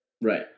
Right